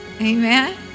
Amen